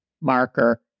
marker